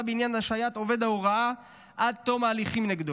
בעניין השעיית עובד ההוראה עד תום ההליכים נגדו.